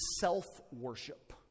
self-worship